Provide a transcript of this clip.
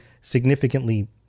significantly